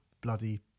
bloody